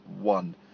one